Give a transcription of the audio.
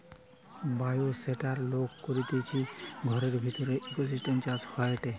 bioshelter লোক করতিছে ঘরের ভিতরের ইকোসিস্টেম চাষ হয়টে